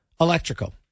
Electrical